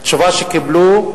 התשובה שקיבלו,